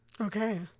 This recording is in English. Okay